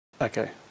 Okay